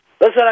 Listen